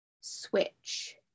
switch